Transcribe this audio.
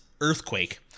earthquake